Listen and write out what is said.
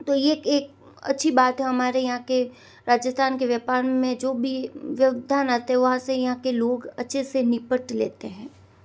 तो ये एक अच्छी बात है हमारे यहाँ के राजस्थान के व्यापार में जो भी व्यावधान आते हैं वो वहाँ से यहाँ के लोग अच्छे से निपट लेते हैं